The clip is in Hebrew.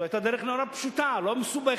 זו היתה דרך נורא פשוטה, לא מסובכת,